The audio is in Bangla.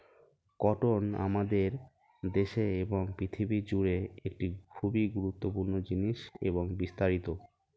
কটন আমাদের দেশে এবং পৃথিবী জুড়ে একটি খুবই গুরুত্বপূর্ণ জিনিস এবং বিস্তারিত